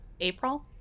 April